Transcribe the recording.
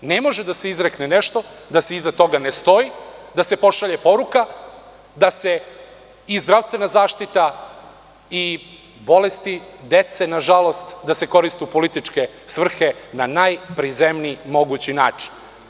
Ne može da se izrekne nešto a da se iza toga ne stoji, da se pošalje poruka da se i zdravstvena zaštita i bolesti dece, nažalost, koriste u političke svrhe na najprizemniji mogući način.